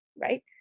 right